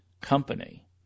company